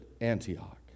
Antioch